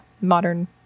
modern